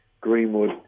Greenwood